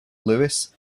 lewis